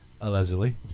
Allegedly